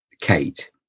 Kate